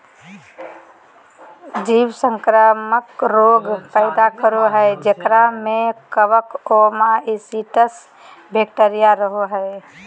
जीव संक्रामक रोग पैदा करो हइ जेकरा में कवक, ओमाइसीट्स, बैक्टीरिया रहो हइ